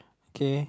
okay